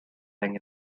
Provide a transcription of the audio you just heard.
lying